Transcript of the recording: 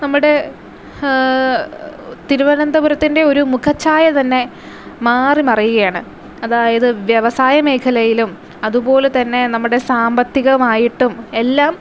നമ്മുടെ തിരുവനന്തപുരത്തിന്റെ ഒരു മുഖച്ഛായ തന്നെ മാറി മറിയുകയാണ് അതായത് വ്യവസായ മേഖലയിലും അതുപോലെ തന്നെ നമ്മുടെ സാമ്പത്തികമായിട്ടും എല്ലാം